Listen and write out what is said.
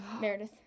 Meredith